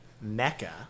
Mecca